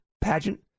pageant